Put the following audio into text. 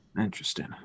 Interesting